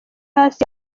hasi